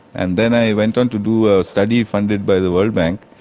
and then i went on to do a study funded by the world bank,